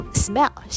smell